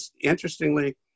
interestingly